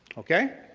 okay?